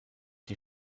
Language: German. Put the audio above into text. die